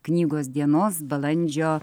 knygos dienos balandžio